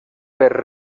per